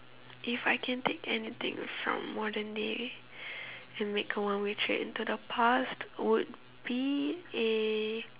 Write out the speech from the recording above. if I can take anything from modern day and make a one way trip into the past would be a